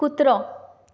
कुत्रो